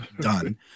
done